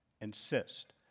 insist